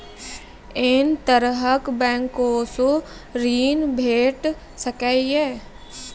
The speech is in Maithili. ऐ तरहक बैंकोसऽ ॠण भेट सकै ये?